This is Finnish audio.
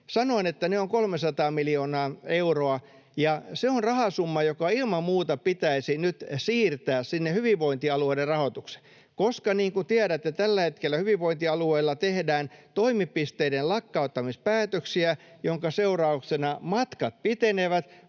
Sanoin, että ne ovat 300 miljoonaa euroa. Se on rahasumma, joka ilman muuta pitäisi nyt siirtää sinne hyvinvointialueiden rahoitukseen. Niin kuin tiedätte, tällä hetkellä hyvinvointialueilla tehdään toimipisteiden lakkauttamispäätöksiä, minkä seurauksena matkat pitenevät,